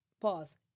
pause